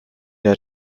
der